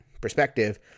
perspective